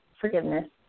forgiveness